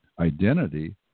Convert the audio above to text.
identity